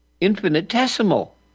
infinitesimal